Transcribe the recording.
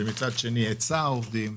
את היצע העובדים,